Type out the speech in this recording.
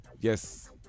yes